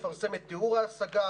יפרסם את ערעור ההשגה,